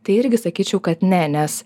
tai irgi sakyčiau kad ne nes